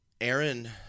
Aaron